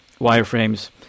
wireframes